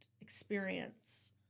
experience